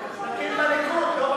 זה סדקים בממשלה.